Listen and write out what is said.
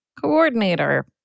coordinator